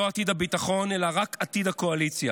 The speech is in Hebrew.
לא עתיד הביטחון, אלא רק עתיד הקואליציה.